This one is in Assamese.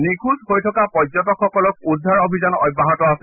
নিখোজ হৈ থকা পৰ্যটকসকলৰ উদ্ধাৰ অভিযান অব্যাহত আছে